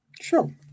Sure